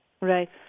Right